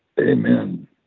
Amen